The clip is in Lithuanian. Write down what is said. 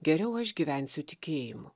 geriau aš gyvensiu tikėjimu